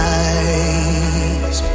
eyes